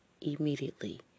immediately